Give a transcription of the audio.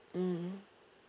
mm